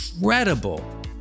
incredible